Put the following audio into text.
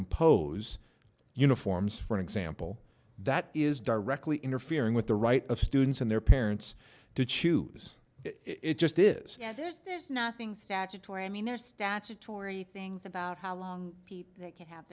impose uniforms for example that is directly interfering with the right of students and their parents to choose it just is you know there's there's nothing statutory i mean there's statutory things about how long people can have